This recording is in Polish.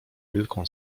wielką